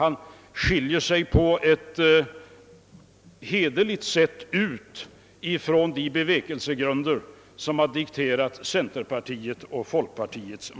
När det gäller de bevekelsegrunder som dikterat motionerandet skiljer sig alltså herr Bohmans parti på ett hederligt sätt från centerpartiet och folkpartiet.